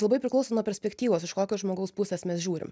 labai priklauso nuo perspektyvos iš kokio žmogaus pusės mes žiūrim